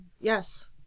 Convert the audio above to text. yes